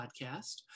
Podcast